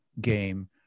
game